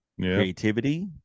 creativity